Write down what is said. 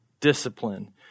discipline